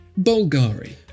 bulgari